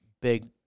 big